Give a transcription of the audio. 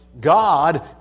God